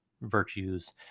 Virtues